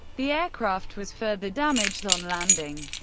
the aircraft was further damaged on landing.